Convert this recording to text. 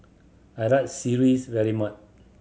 I like sireh very much